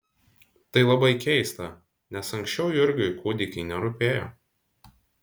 tai labai keista nes anksčiau jurgiui kūdikiai nerūpėjo